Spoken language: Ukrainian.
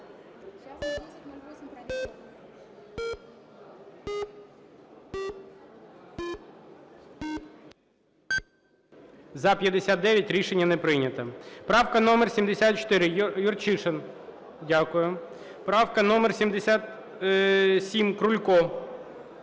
За-59 Рішення не прийнято. Правка номер 74, Юрчишин. Дякую. Правка номер 77, Крулько.